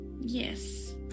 yes